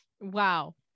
wow